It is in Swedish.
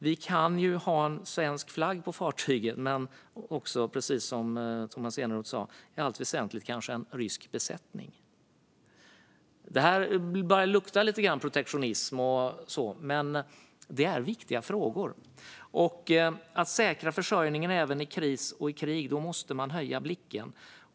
Vi kan ju ha svensk flagg på fartyget men, precis som Tomas Eneroth sa, i allt väsentligt kanske en rysk besättning. Det här börjar lukta lite protektionism, men det är viktiga frågor. För att säkra försörjningen även i kris och i krig måste man höja blicken.